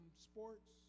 sports